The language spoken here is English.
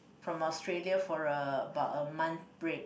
from Australia for a about a month break